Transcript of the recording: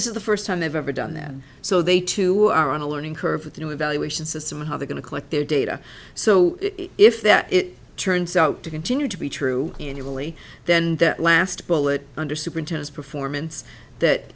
this is the first time they've ever done that so they too are on a learning curve with a new evaluation system high they're going to collect their data so if that it turns out to continue to be true in italy then that last bullet under superintends performance that